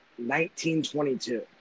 1922